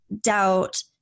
doubt